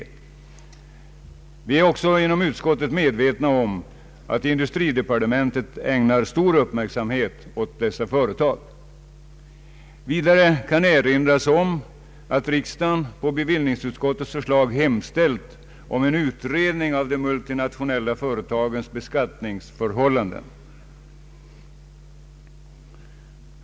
Vi är också inom utskottet medvetna om att industridepartementet ägnar uppmärksamhet åt dessa företag. Vidare kan erinras om att riksdagen på bevillningsutskottets förslag hemställt om en utredning av de multinationella företagens beskattningsförhållanden.